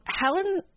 Helen